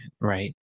Right